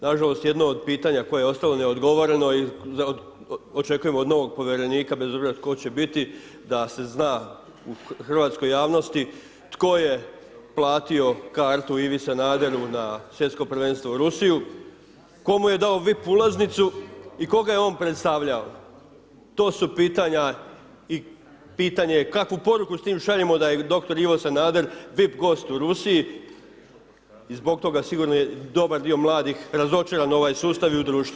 Nažalost jedno od pitanja koje je ostalo neodgovoreno i očekujem od novog povjerenika, bez obzira tko će biti, da se zna u hrvatskoj javnosti tko je platio kartu Ivi Sanaderu na Svjetsko prvenstvo u Rusiju, tko mu je do vip ulaznicu i koga je on predstavljao, to su pitanja i pitanje je kakvu poruku s tim šaljemo da je dr. Ivo Sanader vip gost u Rusiji i zbog toga sigurno je dobar dio mladih razočaran u ovaj sustav i u društvo.